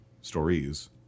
stories